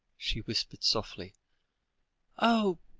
she whispered softly oh!